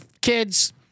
kids